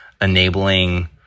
enabling